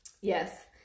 Yes